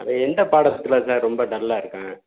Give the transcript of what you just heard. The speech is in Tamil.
அவன் எந்த பாடத்தில் சார் ரொம்ப டல்லாக இருக்கான்